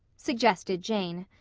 suggested jane.